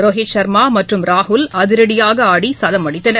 ரோஹித் சர்மாமற்றும் ராகுல் அதிரடியாக ஆடி சதம் அடித்தனர்